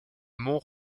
monts